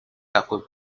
такой